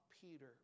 Peter